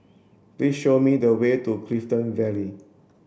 please show me the way to Clifton Vale